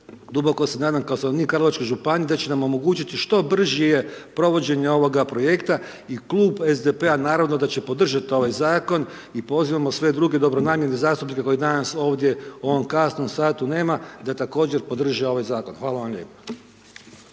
duboko se nadam kao stanovnik Karlovačke županije da će nam omogućiti što brže provođenje ovoga projekta i klub SDP-a naravno da će podržati ovaj zakon i pozivamo sve druge dobronamjerne zastupnike koji danas ovdje u ovom kasnu satu nema, da podrže ovaj zakon. Hvala vam lijepo.